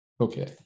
Okay